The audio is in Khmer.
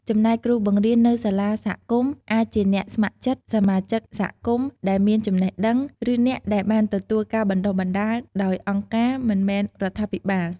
ចំណែកគ្រូបង្រៀននៅសាលាសហគមន៍អាចជាអ្នកស្ម័គ្រចិត្ត សមាជិកសហគមន៍ដែលមានចំណេះដឹង ឬអ្នកដែលបានទទួលការបណ្តុះបណ្តាលដោយអង្គការមិនមែនរដ្ឋាភិបាល។